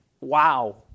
wow